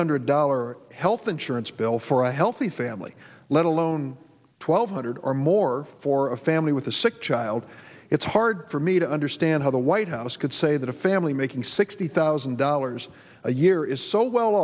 hundred dollar health insurance bill for a healthy family let alone twelve hundred or more for a family with a sick child it's hard for me to understand how the white house could say that a family making sixty thousand dollars a year is so well